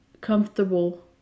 comfortable